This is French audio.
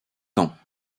temps